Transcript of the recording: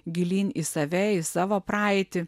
gilyn į save į savo praeitį